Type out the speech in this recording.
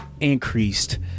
increased